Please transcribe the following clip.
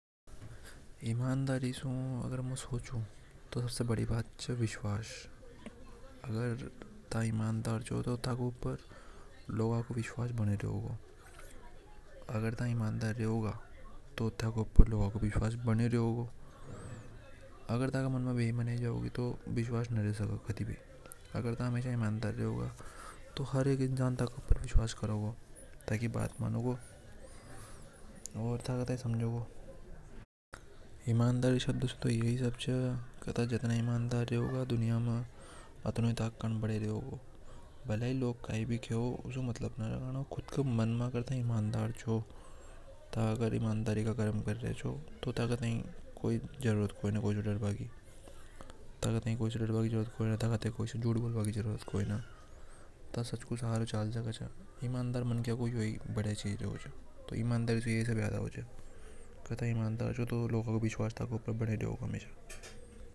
ईमानदारी से मु सोचो तो सबसे बड़ी बात च विश्वास अगर थके आदर। ईमानदारों में विश्वास रेव गो तो लोगो को विश्वास बनाया रेवे गो उनमें अगर था ईमान डर रेवे गा तो हर एक मानक थके उप्र विश्वास करेगा और अगर था बेईमान होवे गा तो सामने वाला व्यक्ति थाई समझे गो ओर अगर की था जतारा ईमान डर रेवे गा तो थाई कैंस डरना कि जरूरत नि हे था स्वच्छ के साथ चल सके च। थाई कोई से डरना कि जरूरी नि हे तो यही बढ़िया चीज होवे च तो इमानदारी से ये अब याद आवे च।